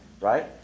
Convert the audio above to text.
Right